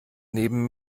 neben